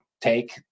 take